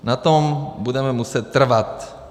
Na tom budeme muset trvat.